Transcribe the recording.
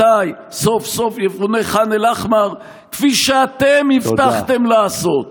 מתי סוף-סוף יפונה ח'אן אל-אחמר כפי שאתם הבטחתם לעשות?